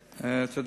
בבקשה.